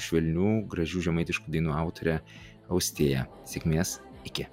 švelnių gražių žemaitiškų dainų autorę austėją sėkmės iki